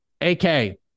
ak